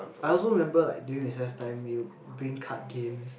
I also remember like during recess time you bring card games